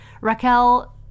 Raquel